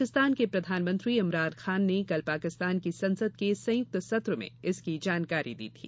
पाकिस्तान के प्रधानमंत्री इमरान खान ने कल पाकिस्तान की संसद के संयुक्त सत्र में इसकी जानकारी दी थी